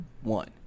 one